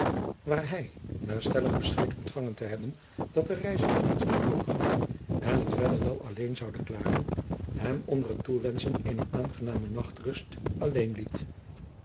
waar hij na stellig bescheid ontfangen te hebben dat de reiziger niets meer noodig had en het verder wel alleen zoude klaren hem onder het toewenschen eener aangename nachtrust alleen liet